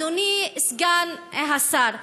אדוני סגן השר,